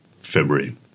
February